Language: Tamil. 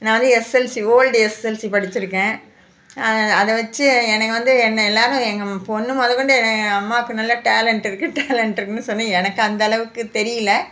நான் வந்து எஸ்எஸ்எல்சி ஓல்ட் எஸ்எஸ்எல்சி படிச்சுருக்கேன் அதை வச்சு என்னை வந்து என்னை எல்லாரும் எங்கள் பொண்ணு முதக்கொண்டு என்னை அம்மாவுக்கு நல்லா டேலண்ட் இருக்கு டேலண்ட் இருக்கு டேலண்ட் இருக்குனு சொல்லி எனக்கு அந்த அளவுக்கு தெரியலை